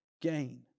gain